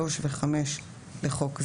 3 ו-5 לחוק זה."